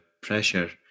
pressure